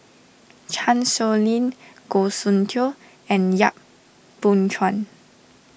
Chan Sow Lin Goh Soon Tioe and Yap Boon Chuan